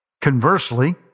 Conversely